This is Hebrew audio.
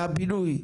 מהבינוי,